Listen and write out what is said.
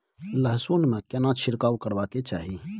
लहसुन में केना छिरकाव करबा के चाही?